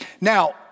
Now